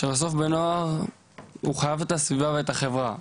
שבסוף בן נוער חייב את הסביבה והחברה,